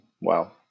Wow